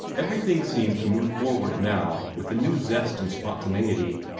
everything seemed to move forward now with a new zest and spontaneity.